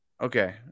Okay